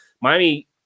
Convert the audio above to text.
Miami